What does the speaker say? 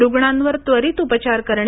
रुग्णांवर त्वरीत उपचार करणे